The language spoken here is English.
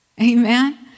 amen